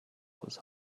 was